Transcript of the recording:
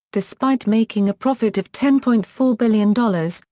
despite making a profit of ten point four billion dollars,